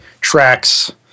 tracks